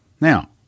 Now